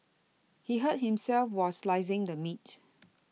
he hurt himself while slicing the meat